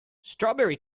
strawberry